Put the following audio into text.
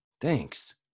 Thanks